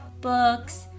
books